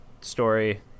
story